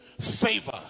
Favor